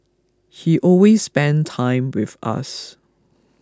he always spent time with us